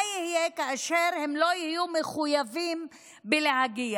מה יהיה כאשר הם לא יהיו מחויבים להגיע?